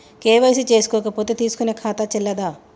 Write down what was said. KYC చేసుకోకపోతే తీసుకునే ఖాతా చెల్లదా?